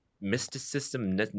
Mysticism